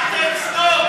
אין לכם בושה, אתם, סדום.